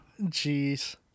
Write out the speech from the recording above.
Jeez